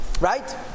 Right